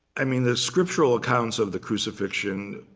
i mean, the scriptural accounts of the crucifixion